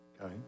Okay